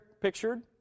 pictured